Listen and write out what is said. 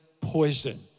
poison